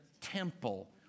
temple